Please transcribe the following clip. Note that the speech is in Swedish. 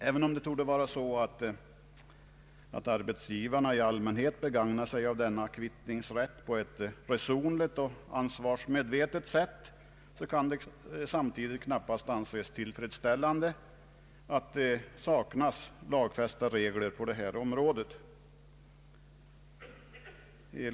även om det torde vara så att arbetsgivarna i allmänhet begagnar sig av denna kvittningsrätt på ett resonligt och ansvarsmedvetet sätt, kan det samtidigt knappast anses tillfredsställande att det saknas lagfästa regler på detta område.